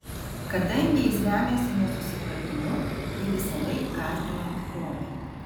kadangi jis remiasi nesusipratimu jį visąlaik gąsdina tikrovė